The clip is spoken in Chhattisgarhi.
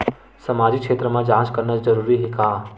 सामाजिक क्षेत्र म जांच करना जरूरी हे का?